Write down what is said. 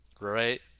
right